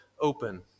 open